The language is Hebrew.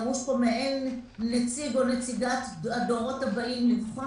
דרוש פה נציג או נציגת הדורות הבאים לבחון